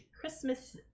christmas